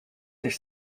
their